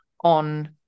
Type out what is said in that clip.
on